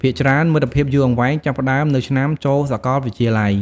ភាគច្រើន មិត្តភាពយូរអង្វែង ចាប់ផ្តើមនៅឆ្នាំចូលសាកលវិទ្យាល័យ។